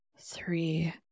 three